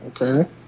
Okay